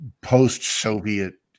post-Soviet